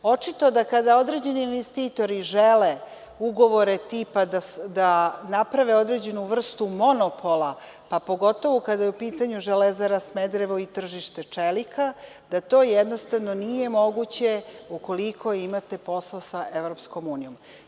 Očito da kada određeni investitori žele ugovore tipa da naprave određenu vrstu monopola, pa pogotovo kada je u pitanju „Železara Smederevo“ i tržište čelika, da to jednostavno nije moguće ukoliko imate posla sa Evropskom unijom.